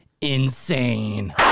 insane